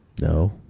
no